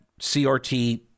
CRT